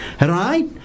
Right